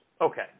Okay